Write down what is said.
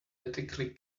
ethically